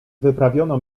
wyprawiono